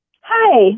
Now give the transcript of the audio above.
Hi